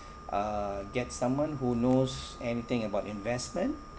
uh get someone who knows anything about investment